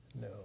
No